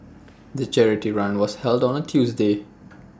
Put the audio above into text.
the charity run was held on A Tuesday